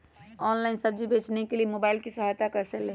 Online सब्जी बेचने के लिए मोबाईल की सहायता कैसे ले?